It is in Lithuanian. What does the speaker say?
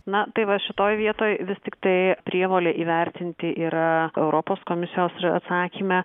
na tai va šitoj vietoj vis tiktai prievolė įvertinti yra europos komisijos atsakyme